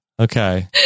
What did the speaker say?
okay